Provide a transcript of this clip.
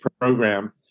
program